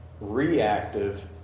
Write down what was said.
reactive